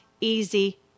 easy